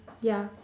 ya